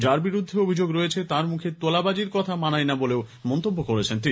যার বিরুদ্ধে অভিযোগ রয়েছে তার মুখে তোলাবাজির কথা মানায় না বলেও মন্তব্য করেন তিনি